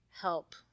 help